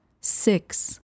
six